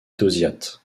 tauziat